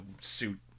suit